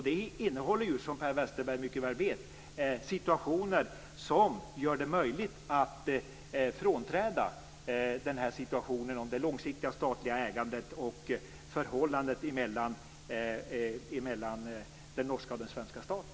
Det innehåller ju, som Per Westerberg mycket väl vet, situationer som gör det möjligt att frånträda det långsiktiga statliga ägandet och förhållandet mellan den norska och den svenska staten.